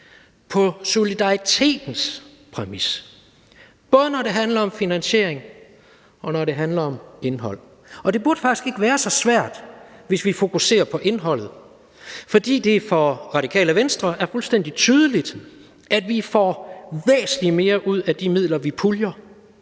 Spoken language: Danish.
på solidaritetens præmis, både når det handler om finansiering og når det handler om indhold. Og det burde faktisk ikke være så svært, hvis vi fokuserer på indholdet. For Radikale Venstre er det fuldstændig tydeligt, at vi får væsentlig mere ud af de midler, som vi puljer